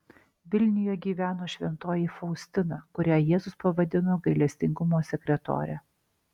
vilniuje gyveno šventoji faustina kurią jėzus pavadino gailestingumo sekretore